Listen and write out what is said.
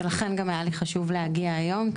ולכן גם היה לי חשוב להגיע היום,